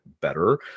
better